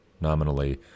nominally